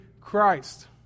Christ